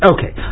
Okay